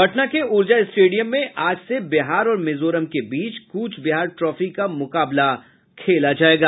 पटना के ऊर्जा स्टेडियम में आज से बिहार और मिजोरम के बीच कूच बिहार ट्रॉफी का मुकाबला खेला जायेगा